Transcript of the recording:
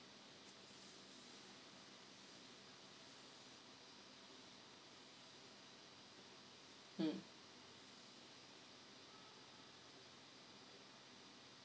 mm